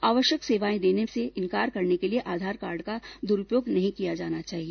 आवश्यक सेवाएं देने में इंकार करने के लिए आधार कार्ड का दुरूपयोग नहीं किया जाना चाहिए